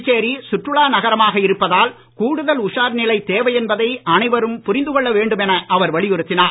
புதுச்சேரி சுற்றுலா நகரமாக இருப்பதால் கூடுதல் உஷார் நிலை தேவை என்பதை அனைவரும் புரிந்து கொள்ள வேண்டும் என அவர் வலியுறுத்தினார்